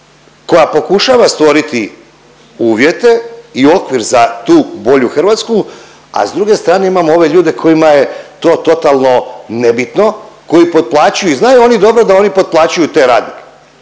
koja pokušava stvoriti uvjete i okvir za tu bolju Hrvatsku, a s druge strane imamo ove ljude kojima je to totalno nebitno, koji potplaćuju i znaju oni dobro da oni potplaćuju te radnike